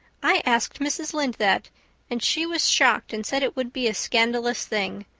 i asked mrs. lynde that and she was shocked and said it would be a scandalous thing.